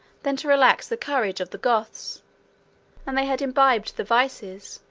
than to relax the courage, of the goths and they had imbibed the vices,